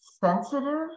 sensitive